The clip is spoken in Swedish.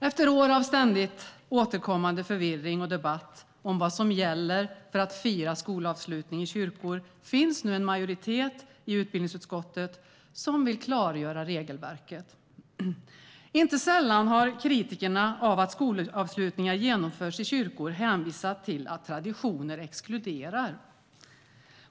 Efter år av ständigt återkommande förvirring och debatt om vad som gäller för att fira skolavslutningar i kyrkor finns nu en majoritet i utbildningsutskottet som vill klargöra regelverket. Inte sällan har kritikerna av att skolavslutningar genomförs i kyrkor hänvisat till att traditioner exkluderar.